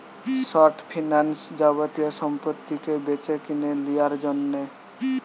short finance যাবতীয় সম্পত্তিকে বেচেকিনে লিয়ার জন্যে